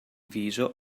viso